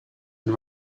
and